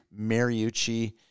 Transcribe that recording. Mariucci